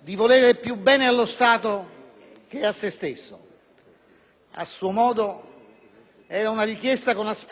di voler più bene allo Stato che a se stesso. A suo modo era una richiesta con aspetti odiosi,